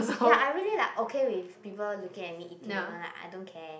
ya I really like okay with people looking at me eating alone like I don't care